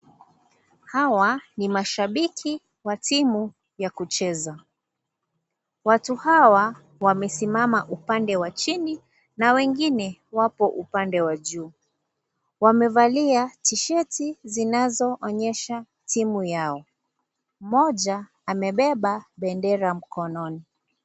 "Hawa ni mashabiki wa timu ya kucheza. Watu hawa wamesimama upande wa chini na wengine wapo upande wa juu. Wamevalia tisheti zinazoonyesha timu yao, na mmoja amebeba bendera mkononi."